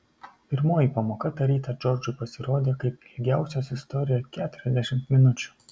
pirmoji pamoka tą rytą džordžui pasirodė kaip ilgiausios istorijoje keturiasdešimt minučių